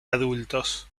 adultos